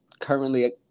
Currently